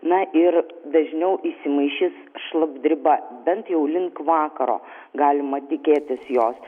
na ir dažniau įsimaišys šlapdriba bent jau link vakaro galima tikėtis jos